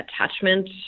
attachment